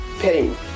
pain